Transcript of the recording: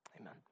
Amen